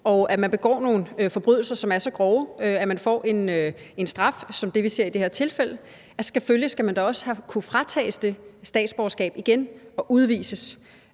og man begår nogle forbrydelser, som er så grove, at man får en straf som det, vi ser i det her tilfælde, så skal man da selvfølgelig også kunne fratages det statsborgerskab igen og udvises.